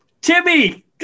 Timmy